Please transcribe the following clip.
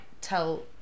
tell